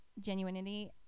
genuinity